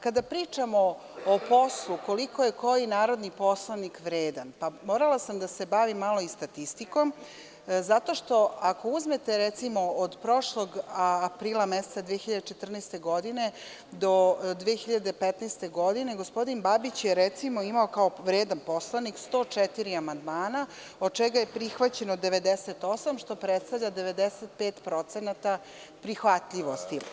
Kada pričamo o poslu, koliko je koji poslanik vredan, morala sam da se bavim malo i statistikom, zato što ako uzmete, recimo, od prošlog aprila meseca 2014. godine do 2015. godine, gospodin Babić je, recimo, imao, kao vredan poslanik, 104 amandmana, od čega je prihvaćeno 98, što predstavlja 95% prihvatljivosti.